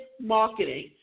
marketing